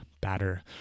batter